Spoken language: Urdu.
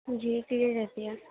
جی کلیئر رہتی ہے